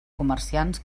comerciants